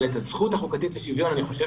אבל את הזכות החוקתית לשוויון אני חושב